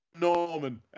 Norman